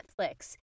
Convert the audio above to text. netflix